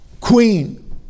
queen